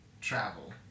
travel